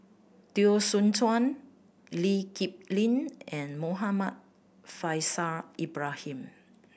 Teo Soon Chuan Lee Kip Lin and Muhammad Faishal Ibrahim